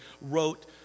wrote